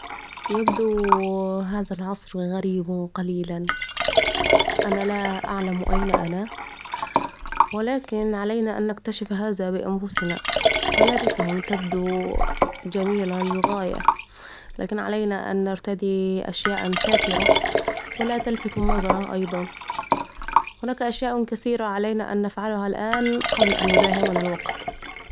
يبدو ان هذا العصر غريباً قليلاً ، أنا لا اعلم أين أنا ولكن علينا أن نكتشف هذا بانفسنا ملابسهم تبدو جميلة للغاية و لكن علينا أن نرتدي اشياء ساتره ولا تلفت النظر أيضا ،ولكن علينا أن نفعل هذا قبل أن يداهمنا الوقت